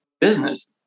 business